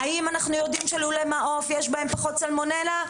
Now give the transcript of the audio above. האם אנחנו יודעים שבלולי מעוף יש פחות סלמונלה?